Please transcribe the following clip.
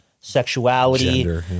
sexuality